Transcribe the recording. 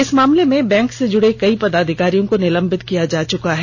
इस मामले में बैंक से जुड़े कई पदाधिकारियों को निलंबित किया जा चुका है